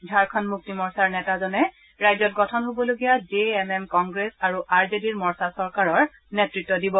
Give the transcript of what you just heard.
ঝাৰখণ্ড মুক্তি মৰ্চাৰ নেতাজনে ৰাজ্যত গঠন হবলগীয়া জে এম এম কংগ্ৰেছ আৰু আৰ জে ডিৰ মৰ্চা চৰকাৰৰ নেতৃত্ব দিব